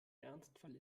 ernstfall